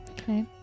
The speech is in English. Okay